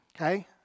okay